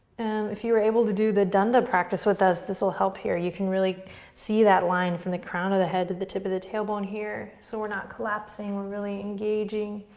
if you were able to do the dunda practice with us this will help here. you can really see that line from the crown of the head to the tip of the tailbone here, so we're not collapsing, we're really engaging.